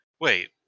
Wait